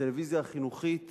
הטלוויזיה החינוכית